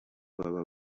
baba